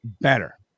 better